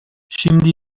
şimdi